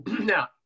now